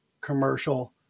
commercial